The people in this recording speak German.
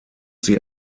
sie